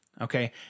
Okay